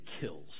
kills